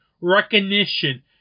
recognition